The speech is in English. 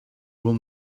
will